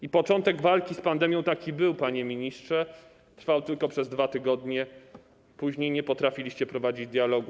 I początek walki z pandemią taki był, panie ministrze, trwało to tylko przez 2 tygodnie, później nie potrafiliście prowadzić dialogu.